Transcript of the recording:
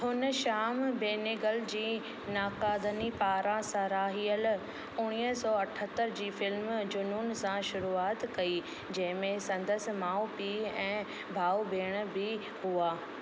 हुन श्याम बेनेगल जी नाक़ादनि पारां साराहियलु उणिवीह सौ अठहतरि जी फ़िल्म जुनूनु सां शुरूआति कई जंहिंमें संदसि माउ पीउ ऐं भाउ भेण बि हुआ